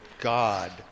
God